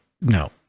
No